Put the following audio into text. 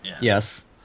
Yes